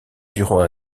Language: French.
durant